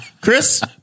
Chris